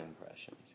impressions